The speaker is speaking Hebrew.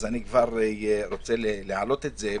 אני כבר רוצה להעלות את זה,